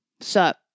Sup